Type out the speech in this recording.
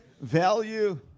value